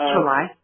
July